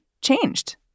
changed